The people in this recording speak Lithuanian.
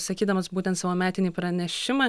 sakydamas būtent savo metinį pranešimą